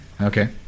Okay